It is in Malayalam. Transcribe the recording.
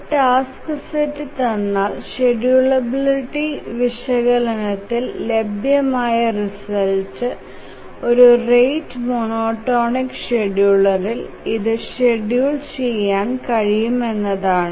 ഒരു ടാസ്ക് സെറ്റ് തന്നാൽ ഷെഡ്യൂളബിലിറ്റി വിശകലനത്തിൽ ലഭ്യമായ റിസൾട്ട് ഒരു റേറ്റ് മോണോടോണിക് ഷെഡ്യൂളറിൽ ഇത് ഷെഡ്യൂൾ ചെയ്യാൻ കഴിയും എന്നതാണ്